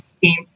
team